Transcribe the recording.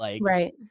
Right